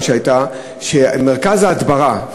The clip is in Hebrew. שמרכז ההדברה,